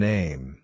Name